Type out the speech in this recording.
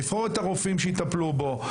לבחור את הרופאים שיטפלו בו,